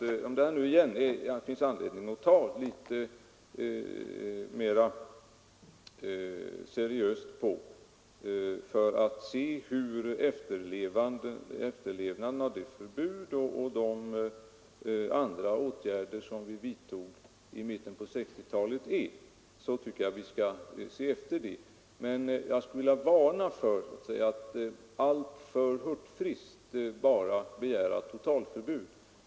Om det nu igen finns anledning att ta litet mera seriöst på detta och se efter hur det är med efterlevnaden av det förbud och de andra åtgärder som vi vidtog i mitten på 1960-talet, så tycker jag att vi skall göra det. Men jag skulle vilja varna för att alltför hurtfriskt bara begära totalförbud.